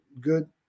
good